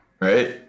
right